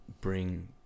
bring